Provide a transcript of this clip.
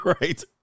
right